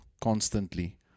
constantly